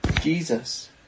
Jesus